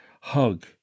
hug